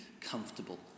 comfortable